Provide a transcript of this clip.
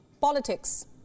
politics